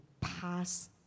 pass